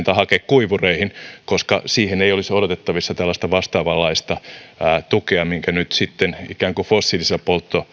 tai hakekuivureihin koska siihen ei olisi odotettavissa tällaista vastaavanlaista tukea minkä nyt sitten ikään kuin fossiilisilla